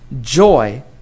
joy